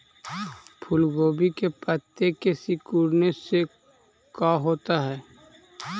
फूल गोभी के पत्ते के सिकुड़ने से का होता है?